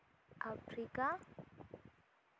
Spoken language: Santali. ᱟᱯᱷᱨᱤᱠᱟ